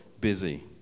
busy